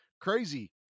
crazy